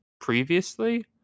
previously